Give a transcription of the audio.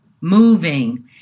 moving